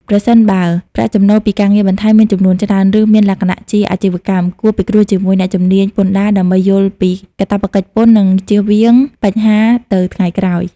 ប្រសិនបើប្រាក់ចំណូលពីការងារបន្ថែមមានចំនួនច្រើន ឬមានលក្ខណៈជាអាជីវកម្ម គួរពិគ្រោះជាមួយអ្នកជំនាញពន្ធដារដើម្បីយល់ពីកាតព្វកិច្ចពន្ធ និងជៀសវាងបញ្ហាទៅថ្ងៃក្រោយ។